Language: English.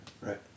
Right